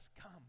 come